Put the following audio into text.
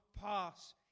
pass